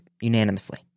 unanimously